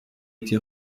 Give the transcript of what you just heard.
été